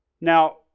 Now